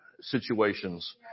situations